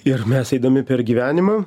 ir mes eidami per gyvenimą